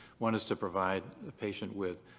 one is to provide the patient with